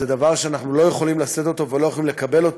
זה דבר שאנחנו לא יכולים לשאת ולא יכולים לקבל,